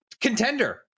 contender